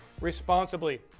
responsibly